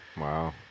Wow